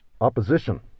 opposition